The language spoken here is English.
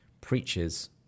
preaches